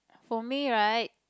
for me right